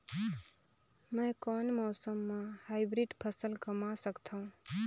मै कोन मौसम म हाईब्रिड फसल कमा सकथव?